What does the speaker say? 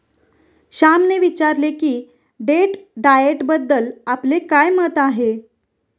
श्यामने विचारले की डेट डाएटबद्दल आपले काय मत आहे?